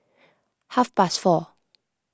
half past four